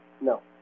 no